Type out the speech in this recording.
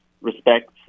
respect